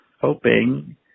hoping